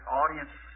audience